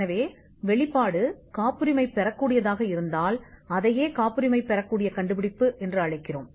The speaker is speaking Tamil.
எனவே வெளிப்படுத்தல் காப்புரிமை பெறக்கூடியதாக இருந்தால் அதையே காப்புரிமை பெறக்கூடிய கண்டுபிடிப்பு என்று அழைக்கிறோம்